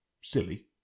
silly